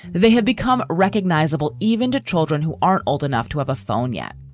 they have become recognizable even to children who aren't old enough to have a phone yet.